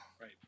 Right